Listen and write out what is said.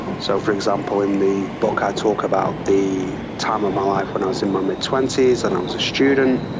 so, for example, in the book i ah talk about the time of my life when i was in my mid twenty s and i was a student,